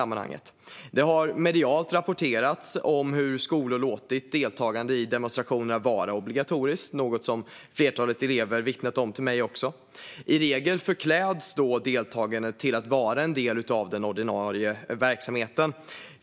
Medier har rapporterat om hur skolor låtit deltagande i demonstrationer vara obligatoriskt, något som också ett flertal elever vittnat om till mig. I regel förkläds då deltagandet till att vara en del av den ordinarie verksamheten.